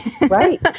Right